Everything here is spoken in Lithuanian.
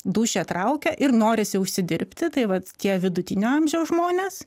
dūšią traukia ir norisi užsidirbti tai vat tie vidutinio amžiaus žmonės